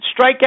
strikeout